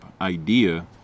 idea